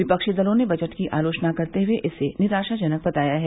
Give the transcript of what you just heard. वेपक्षी दलों ने बजट की आलोचना करते हुए इसे निराशाजनक बताया है